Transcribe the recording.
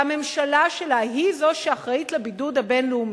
הממשלה שלה היא זו שאחראית לבידוד הבין-לאומי,